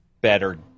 better